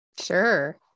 sure